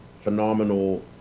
phenomenal